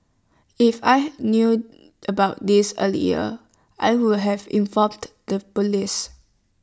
if I knew about this earlier I would have informed the Police